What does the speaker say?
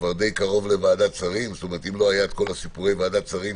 די קרוב לוועדת שרים ואם לא היו כל סיפורי ועדת שרים,